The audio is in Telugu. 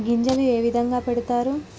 గింజలు ఏ విధంగా పెడతారు?